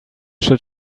should